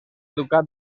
ducat